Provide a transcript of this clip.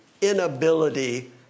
inability